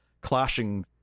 clashing